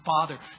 father